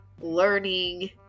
learning